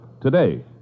today